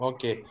Okay